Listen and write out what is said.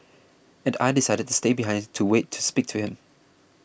and I decided to stay behind to wait to speak to him